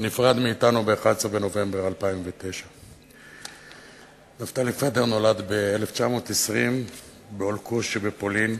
ונפרד מאתנו ב-11 בנובמבר 2009. נפתלי פדר נולד ב-1920 באולקוש שבפולין,